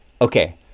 Okay